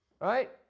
right